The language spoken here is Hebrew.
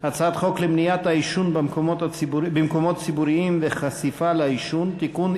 הצעת חוק למניעת העישון במקומות ציבוריים והחשיפה לעישון (תיקון,